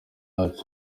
yacu